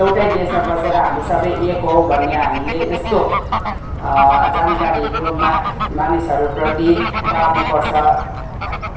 एउटै देशमा बसेर हामी सबै एक हौँ भन्ने हामीले यस्तो जानकारीहरू मानिसहरूप्रति बाड्नुपर्छ